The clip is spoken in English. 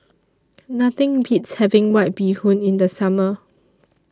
Nothing Beats having White Bee Hoon in The Summer